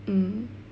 mm